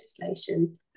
legislation